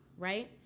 right